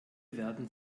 werden